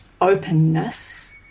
openness